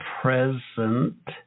present